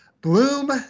bloom